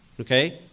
okay